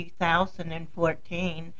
2014